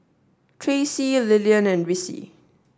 Traci Lilyan and Ricci